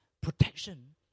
protection